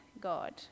God